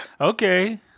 Okay